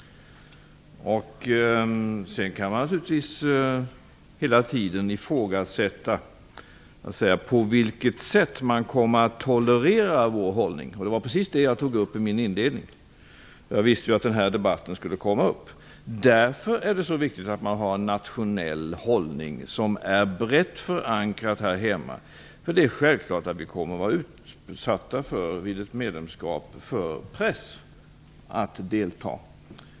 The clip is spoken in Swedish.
Men naturligtvis kan man hela tiden ifrågasätta det hela och fråga sig på vilket sätt man kommer att tolerera vår hållning. Just det tog jag upp inledningsvis här, för jag visste att den här debatten skulle komma upp. Därför är det så viktigt att ha en nationell hållning som har en bred förankring här hemma. Det är självklart att vi vid ett medlemskap kommer att vara utsatta för en press att delta.